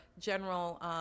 general